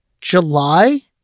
July